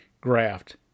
graft